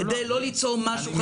כדי לא ליצור משהו חדש.